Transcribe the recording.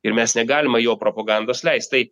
ir mes negalima jo propagandos leist tai